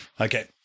Okay